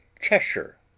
Cheshire